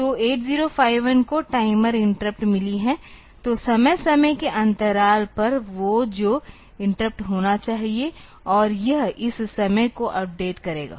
तो 8051 को timer interrupt मिली है तो समय समय के अंतराल पर वो जो इंटरप्ट होना चाहिए और यह इस समय को अपडेट करेगा